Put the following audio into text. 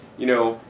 you know,